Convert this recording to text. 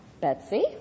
Betsy